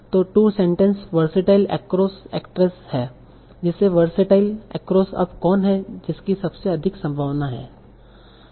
तो 2 sentence versatile across actress हैं जिसमें वरसेटाइल एक्रोस अब कौन है जिसकी सबसे अधिक संभावना है